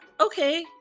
okay